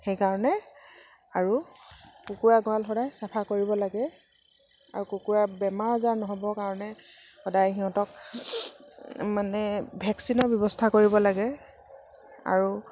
সেইকাৰণে আৰু কুকুৰা গঁৰাল সদায় চাফা কৰিব লাগে আৰু কুকুৰাৰ বেমাৰ আজাৰ নহ'বৰ কাৰণে সদায় সিহঁতক মানে ভেকচিনৰ ব্যৱস্থা কৰিব লাগে আৰু